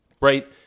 right